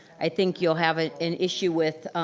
i think you'll have an issue with,